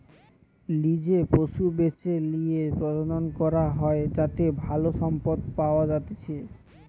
লিজে পশু বেছে লিয়ে প্রজনন করা হয় যাতে ভালো সম্পদ পাওয়া যাতিচ্চে